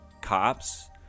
cops